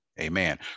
Amen